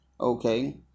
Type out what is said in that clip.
okay